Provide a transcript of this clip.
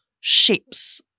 shapes